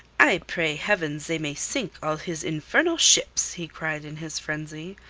i pray heaven they may sink all his infernal ships! he cried in his frenzy.